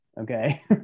Okay